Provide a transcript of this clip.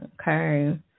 Okay